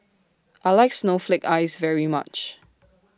I like Snowflake Ice very much